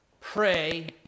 Pray